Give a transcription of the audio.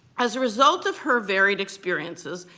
as a result of her varied experiences,